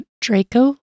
draco